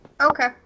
Okay